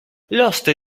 l’oste